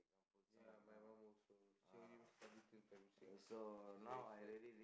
ya my mum also she only study till primary six she's very sad